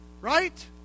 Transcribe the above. right